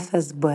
fsb